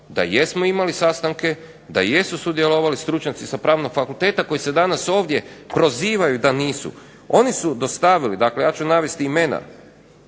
da jesmo imali sastanke, da jesu sudjelovali stručnjaci sa pravnog fakulteta koji se danas ovdje prozivaju da nisu. Oni su dostavili, dakle, ja ću navesti imena